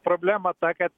problema ta kad